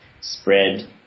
spread